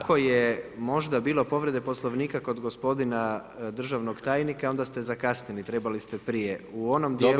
Ako je možda bilo povrede Poslovnika kod gospodina državnog tajnika onda ste zakasnili, trebali ste prije u onom dijelu.